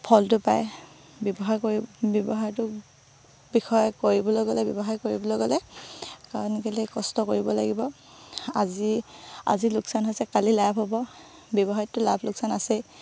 ফলটো পায় ব্যৱসায় কৰি ব্যৱসায়টো বিষয়ে কৰিবলৈ গ'লে ব্যৱসায় কৰিবলৈ গ'লে কাৰণ কেলৈ কষ্ট কৰিব লাগিব আজি আজি লোকচান হৈছে কালি লাভ হ'ব ব্যৱসায়টো লাভ লোকচান আছেই